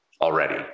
already